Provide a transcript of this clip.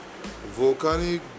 volcanic